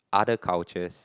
other cultures